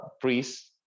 priests